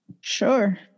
Sure